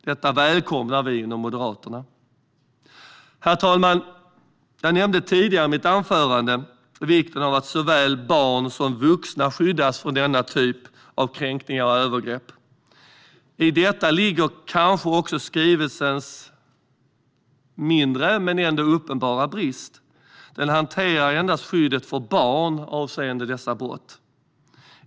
Detta välkomnar vi i Moderaterna. Herr talman! Jag nämnde tidigare i mitt anförande vikten av att såväl barn som vuxna skyddas från denna typ av kränkningar och övergrepp. I detta ligger kanske också skrivelsens uppenbara brist, låt vara att det är en mindre brist: Den hanterar endast skyddet för barn avseende dessa brott.